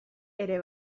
ere